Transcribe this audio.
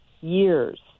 years